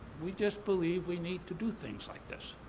we just believe we need to do things like this.